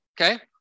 okay